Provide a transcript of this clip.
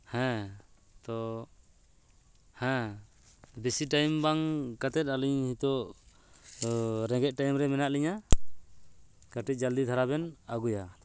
ᱦᱮᱸ ᱛᱚ ᱦᱮᱸ ᱵᱮᱥᱤ ᱴᱟᱭᱤᱢ ᱵᱟᱝ ᱠᱟᱛᱮᱫ ᱟᱹᱞᱤᱧ ᱱᱤᱛᱚᱜ ᱨᱮᱸᱜᱮᱡᱽ ᱴᱟᱭᱤᱢ ᱨᱮ ᱢᱮᱱᱟᱜ ᱞᱤᱧᱟ ᱠᱟᱹᱴᱤᱡ ᱡᱚᱞᱫᱤ ᱫᱷᱟᱨᱟ ᱵᱮᱱ ᱟᱹᱜᱩᱭᱟ